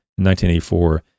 1984